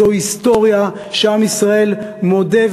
זוהי היסטוריה שעם ישראל מודה,